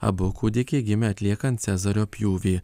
abu kūdikiai gimė atliekant cezario pjūvį